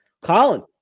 Colin